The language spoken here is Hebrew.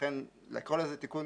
לכן לקרוא לזה תיקון